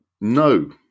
no